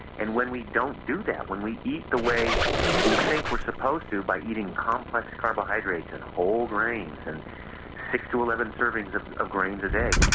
and when we don't do that, when we eat the way we think we are supposed to by eating complex carbohydrates and whole grains and six to eleven servings of of grains a day,